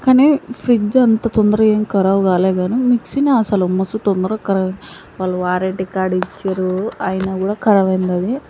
కానీ ఫ్రిడ్జ్ అంత తొందరగా ఏమీ ఖరాబ్ కాలేదు కానీ మిక్సీనే అసలు మస్త్ తొందరగా ఖరాబ్ వాళ్ళు వ్యారంటీ కార్డ్ ఇచ్చారు అయినా కూడా ఖరాబ్ అయింది అది